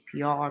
PR